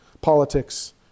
politics